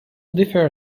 defer